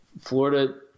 Florida